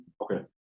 Okay